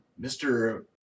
Mr